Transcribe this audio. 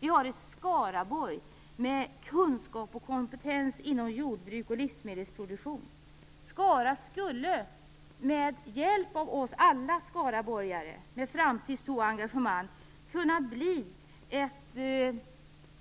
Vi har ett Skaraborg med kunskap och kompetens inom jordbruk och livsmedelsproduktion. Med hjälp av oss alla skaraborgare med framtidstro och engagemang skulle Skara kunna bli